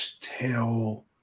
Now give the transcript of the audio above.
tell